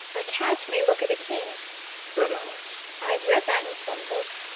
a cat may look at a king said alice. i've read that in some book,